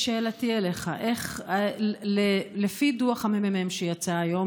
שאלתי אליך: לפי דוח של הממ"מ שיצא היום